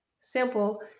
simple